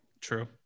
True